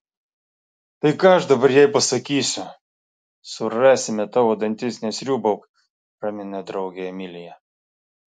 tai ką aš dabar jai pasakysiu surasime tavo dantis nesriūbauk ramina draugę emilija